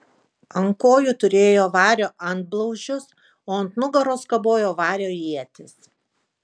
ant kojų turėjo vario antblauzdžius o ant nugaros kabojo vario ietis